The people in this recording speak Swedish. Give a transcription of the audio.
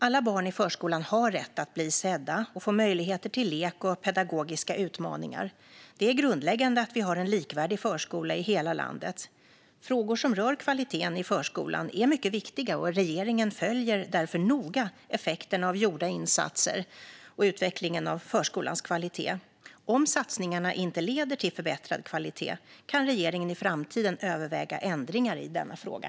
Alla barn i förskolan har rätt att bli sedda och få möjligheter till lek och pedagogiska utmaningar. Det är grundläggande att vi har en likvärdig förskola i hela landet. Frågor som rör kvaliteten i förskolan är mycket viktiga. Regeringen följer därför noga effekterna av gjorda insatser och utvecklingen av förskolans kvalitet. Om satsningarna inte leder till förbättrad kvalitet kan regeringen i framtiden överväga ändringar i denna fråga.